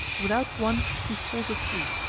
without one he falls asleep,